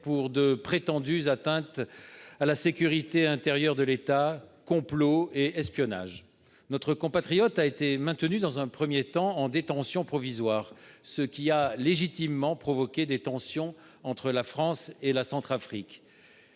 pour de prétendues atteintes à la sécurité intérieure de l'État, pour complot et espionnage. Notre compatriote a été maintenu dans un premier temps en détention provisoire, ce qui a légitimement provoqué des tensions entre la France et la République